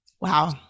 Wow